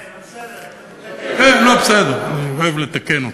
כן, אבל בסדר כן, לא, בסדר, אני אוהב לתקן אותך.